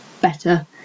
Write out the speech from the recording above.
better